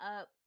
up